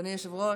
אדוני היושב-ראש,